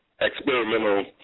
experimental